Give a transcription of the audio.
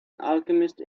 alchemist